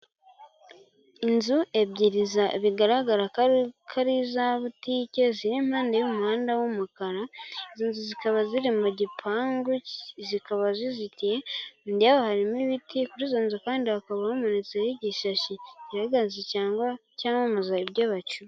Inzu ebyiri bigaragara ko ari iza butike, ziri impande y'umuhanda w'umukara. Inzu zikaba ziri mu gipangu, zikaba zizitiye. Imbere harimo ibiti kuri izo nzu, kandi bakaba bamanitseho igishashi kigaragaza cyangwa cyamamaza ibyo bacyura.